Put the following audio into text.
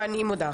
ואני מודה.